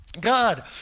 God